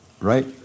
right